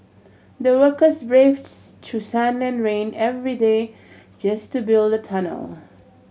the workers braved through sun and rain every day just to build the tunnel